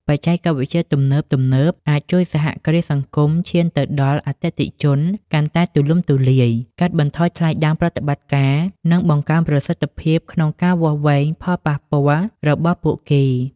បច្ចេកវិទ្យាទំនើបៗអាចជួយសហគ្រាសសង្គមឈានទៅដល់អតិថិជនកាន់តែទូលំទូលាយ កាត់បន្ថយថ្លៃដើមប្រតិបត្តិការ និងបង្កើនប្រសិទ្ធភាពក្នុងការវាស់វែងផលប៉ះពាល់របស់ពួកគេ ។